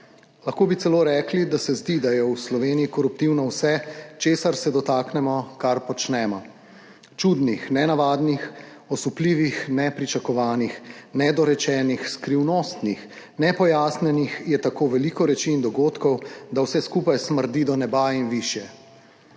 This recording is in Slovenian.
Lahko bi celo rekli, da se zdi, da je v Sloveniji koruptivno vse, česar se dotaknemo, kar počnemo. Čudnih, nenavadnih, osupljivih, nepričakovanih, nedorečenih, skrivnostnih, nepojasnjenih je tako veliko reči in dogodkov, da vse skupaj smrdi do neba in višje.